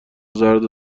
زرد